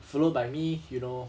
followed by me you know